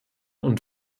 und